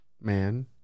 man